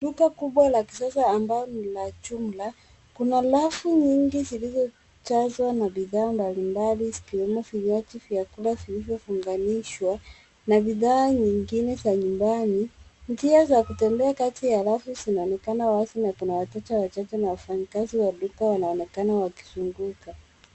Duka kubwa la kisasa ambalo ni la jumla, kuna rafu nyingi zilizojazwa na bidhaa mbalimbali zikiwemo vinywaji, vyakula funganishwa na bidhaa nyingine za nyumbani. Njia za kutembea kati ya rafu zinaonekakana wazi na kuna watoto wachache na wafanyikazi wa duka wanaonekana wakizunguka.